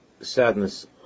sadness